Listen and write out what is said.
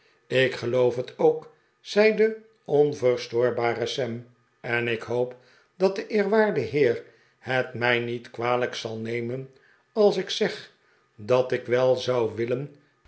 ik geloof het ook zei de onverstoorbare sam en ik hoop dat de eerwaarde heer het mij niet kwalijk zal nemen als ik zeg dat ik wel zou willen